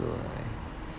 so I